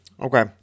Okay